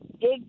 dig